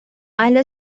اهل